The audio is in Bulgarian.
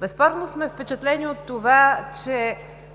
Безспорно сме впечатлени от това, че